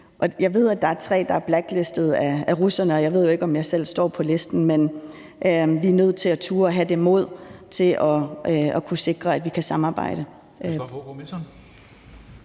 jeg ved, at der er tre, der er blacklistet af russerne, og jeg ved jo ikke, om jeg selv står på listen. Men vi er nødt til at turde have det mod til at kunne sikre, at vi kan samarbejde.